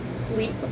sleep